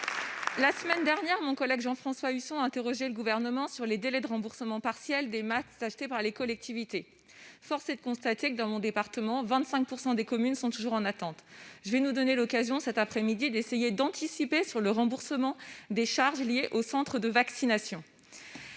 La semaine dernière, mon collègue Jean-François Husson interrogeait le Gouvernement sur les délais de remboursement partiel des masques achetés par les collectivités. Force est de constater que, dans mon département, 25 % des communes sont toujours en attente. Je souhaite nous donner l'occasion, cet après-midi, d'anticiper sur le remboursement des charges liées aux centres de vaccination.